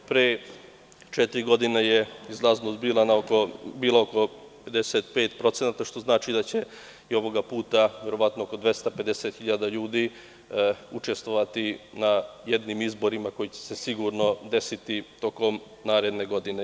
Pre četiri godine je izlaznost bila oko 55% procenata, što znači da će i ovoga puta oko 25 hiljada ljudi učestovati na jednim izborima koji će se sigurno desiti tokom naredne godine.